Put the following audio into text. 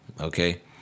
okay